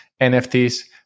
nfts